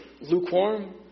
lukewarm